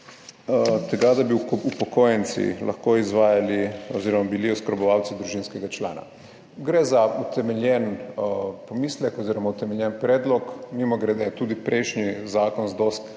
tega, da bi upokojenci lahko izvajali oziroma bili oskrbovanci družinskega člana, gre za utemeljen pomislek oziroma utemeljen predlog. Mimogrede, tudi prejšnji zakon z dosti